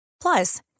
Plus